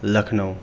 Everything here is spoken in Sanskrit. लख्नौ